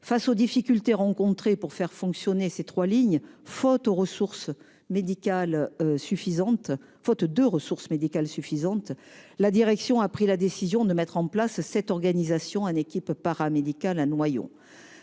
Face aux difficultés rencontrées pour faire fonctionner ces trois lignes, faute de ressources médicales suffisantes, la direction a pris la décision de mettre en place cette organisation en équipe paramédicale à Noyon.